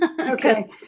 Okay